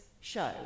show